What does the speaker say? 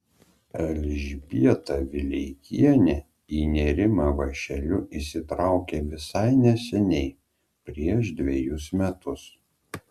elžbieta vileikienė į nėrimą vąšeliu įsitraukė visai neseniai prieš dvejus metus